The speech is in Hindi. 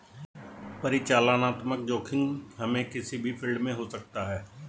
परिचालनात्मक जोखिम हमे किसी भी फील्ड में हो सकता है